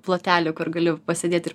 plotelį kur galiu pasėdėt ir